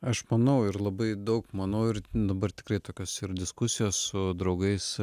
aš manau ir labai daug manau ir dabar tikrai tokios diskusijos su draugais